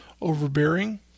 overbearing